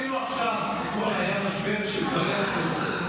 אפילו עכשיו, היה משבר של קווי החירום.